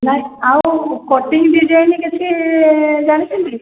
ନାଇଁ ଆଉ cutting design କିଛି ଜାଣିଛନ୍ତି କି